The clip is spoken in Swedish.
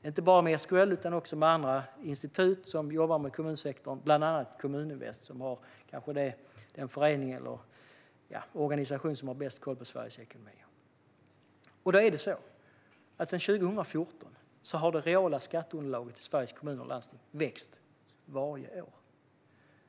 Jag har inte bara tagit hjälp av SKL utan också av andra institut som jobbar med kommunsektorn, bland andra Kommuninvest, som kanske är den förening eller organisation som har bäst koll på Sveriges ekonomi. Sedan 2014 har det reala skatteunderlaget i Sveriges kommuner och landsting växt varje år.